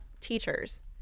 teachers